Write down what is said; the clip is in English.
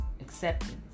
acceptance